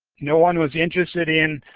no one was interested in